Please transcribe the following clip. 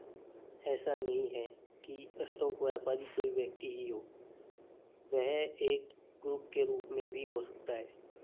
ऐसा नहीं है की स्टॉक व्यापारी कोई व्यक्ति ही हो वह एक ग्रुप के रूप में भी हो सकता है